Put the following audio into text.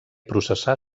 processar